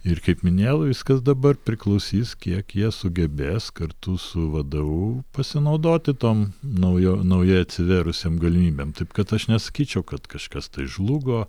ir kaip minėjau viskas dabar priklausys kiek jie sugebės kartu su vdu pasinaudoti tom naujo naujai atvėrusiom galimybėm taip kad aš nesakyčiau kad kažkas tai žlugo